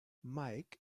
mike